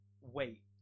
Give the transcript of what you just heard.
wait